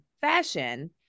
fashion